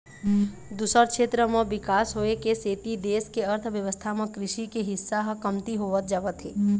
दूसर छेत्र म बिकास होए के सेती देश के अर्थबेवस्था म कृषि के हिस्सा ह कमती होवत जावत हे